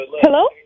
Hello